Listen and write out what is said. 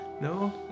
No